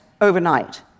overnight